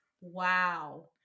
Wow